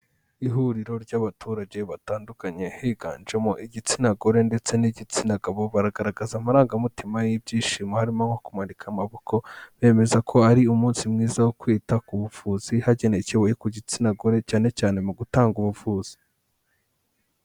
Ihuriro ry'abaturage batandukanye higanjemo igitsina gore ndetse n'igitsina gabo baragaragaza amarangamutima y'ibyishimo harimo nko kumanika amaboko, bemeza ko ari umunsi mwiza wo kwita ku buvuzi, hagendekewe ku gitsina gore cyane cyane mu gutanga ubuvuzi.